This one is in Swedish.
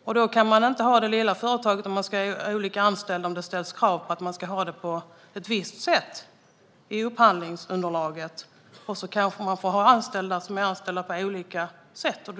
Om man ska ha anställda som är anställda på olika sätt kan man inte välja det lilla företaget om det i upphandlingsunderlaget ställs krav på att man ska ha det på ett visst sätt. Det